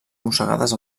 mossegades